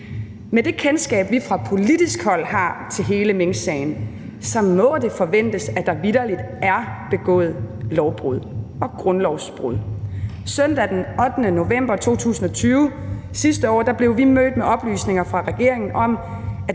Med det kendskab, vi fra politisk hold har til hele minksagen, må det forventes, at der vitterlig er begået lovbrud og grundlovsbrud. Søndag den 8. november 2020 – sidste år – blev vi mødt med oplysninger fra regeringen om,